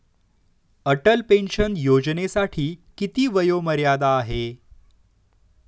Atal pension योजनेसाठी किती वयोमर्यादा आहे?